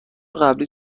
قبلی